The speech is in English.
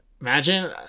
Imagine